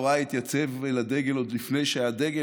יוראי התייצב לדגל עוד לפני שהיה דגל.